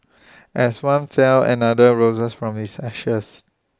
as one fell another rose from its ashes